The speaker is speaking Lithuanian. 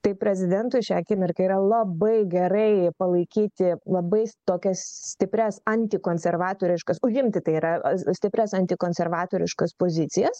tai prezidentui šią akimirką yra labai gerai palaikyti labai tokias stiprias antikonservatoriškas užimti tai yra stiprias antikonservatoriškas pozicijas